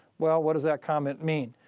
well, what does that comment mean?